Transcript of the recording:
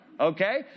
Okay